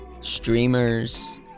Streamers